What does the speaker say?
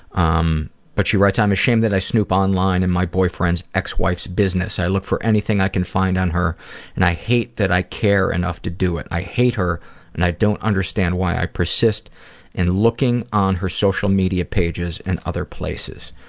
um but she writes, i'm ashamed that i snoop online in my boyfriend's ex-wife's business. i look for anything i can find on her and i hate that i care enough to do it. i hate her and i don't understand why i persist in looking on her social media pages and other places.